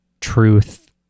truth